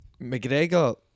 McGregor